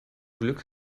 glück